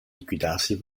liquidatie